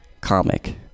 comic